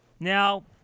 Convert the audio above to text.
Now